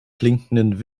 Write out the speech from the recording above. blinkenden